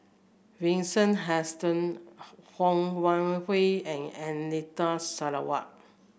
Vincent Hoisington Ho Wan Hui and Anita Sarawak